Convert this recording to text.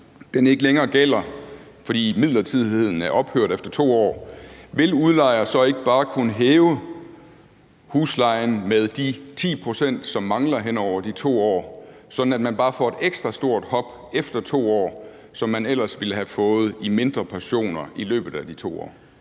ikke længere gælder, fordi midlertidigheden er ophørt efter 2 år, vil udlejere så ikke bare kunne hæve huslejen med de 10 pct., som mangler hen over de 2 år, sådan at man bare får et ekstra stort hop efter 2 år, som man ellers ville have fået i mindre portioner i løbet af de 2 år?